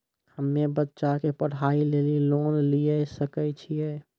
हम्मे बच्चा के पढ़ाई लेली लोन लिये सकय छियै?